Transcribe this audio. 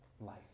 life